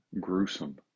gruesome